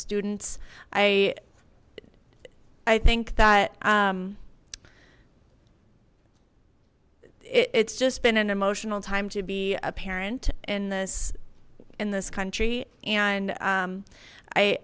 students i i think that it's just been an emotional time to be a parent in this in this country and